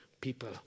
people